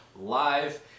live